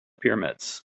pyramids